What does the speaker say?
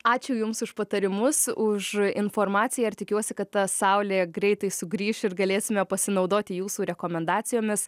ačiū jums už patarimus už informaciją ir tikiuosi kad ta saulė greitai sugrįš ir galėsime pasinaudoti jūsų rekomendacijomis